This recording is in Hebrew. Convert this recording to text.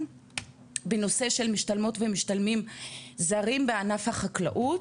בנושא של משתלמות ומשתלמים זרים בענף החקלאות.